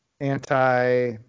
anti